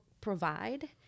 provide